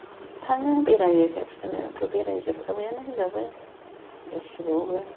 थाङो बेरायो खाथि खालायावथ' बेरायजोबखाबायानो होनजाबाय गासियावबो